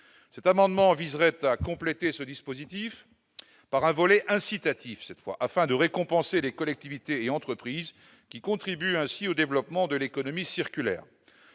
cet amendement viserait à compléter ce dispositif par un volet incitatif cette fois afin de récompenser les collectivités et entreprises qui contribuent ainsi au développement de l'économie circulaire